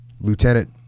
Lieutenant